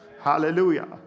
Hallelujah